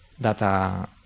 data